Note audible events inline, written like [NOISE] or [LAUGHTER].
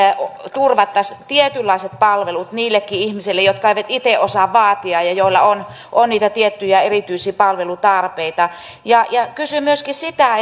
turvattaisiin tietynlaiset palvelut niillekin ihmisille jotka eivät itse osaa vaatia ja joilla on on niitä tiettyjä erityisiä palvelutarpeita kysyn myöskin sitä [UNINTELLIGIBLE]